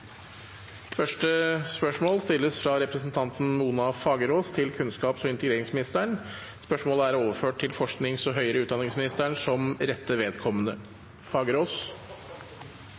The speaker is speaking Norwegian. Spørsmål 1, fra representanten Mona Fagerås til kunnskaps- og integreringsministeren, er overført til forsknings- og høyere utdanningsministeren som rette vedkommende.